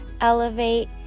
elevate